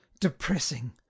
depressing